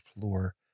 floor